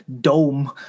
dome